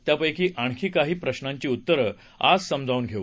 त्यापैकी आणखीन काही प्रशांची उत्तरं आज समजावून घेऊ